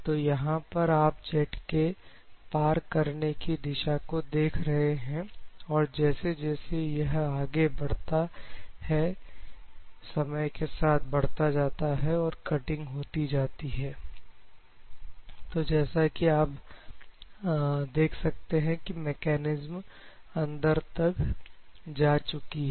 तो यहां पर आप जेट के पार करने की दिशा को देख रहे हैं और जैसे जैसे या आगे बढ़ता है तो समय के साथ यह बढ़ता जाता है और कटिंग होती जाती है तो जैसा कि आप यहां देख सकते हैं कि मेकैनिज्म अंदर तक जा चुकी है